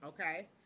Okay